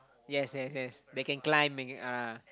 yes yes yes that can climb and ah